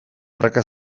praka